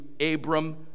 Abram